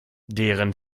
deren